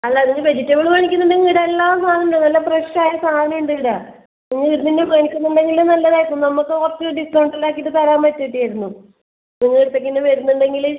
അല്ല അതിന് വെജിറ്റബിള് മേടിക്കുന്നുണ്ടെങ്കില് ഇവിടെ എല്ലാം സാധനവുമുണ്ട് നല്ല ഫ്രഷ് ആയ സാധനം ഉണ്ട് ഈട നിങ്ങള് ഇവിടുന്നുതന്നെ മേടിക്കുന്നുണ്ടെങ്കില് നല്ലതായിരുന്നു നമ്മള്ക്ക് കുറച്ച് ഡിസ്കൗണ്ട് എല്ലാം ആക്കീട്ട് തരാൻ പറ്റ്യട്ടിയേര്ന്നു നിങ്ങള് ഇവിടുത്തേക്ക് തന്നെ വരുന്നുണ്ടെങ്കില്